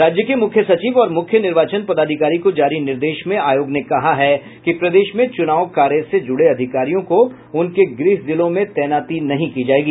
राज्य के मुख्य सचिव और मुख्य निर्वाचन पदाधिकारी को जारी निर्देश में आयोग ने कहा है कि प्रदेश में चुनाव कार्य से जुड़े अधिकारियों की उनके गृह जिलों में तैनाती नहीं की जायेगी